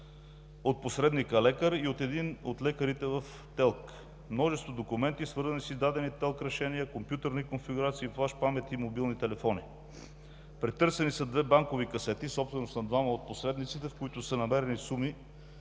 от посредника лекар и от един от лекарите в ТЕЛК, множество документи, свързани с издадените ТЕЛК решения, компютърни конфигурации, флаш памет и мобилни телефони. Претърсени са две банкови касети, собственост на двама от посредниците, в които са намерени суми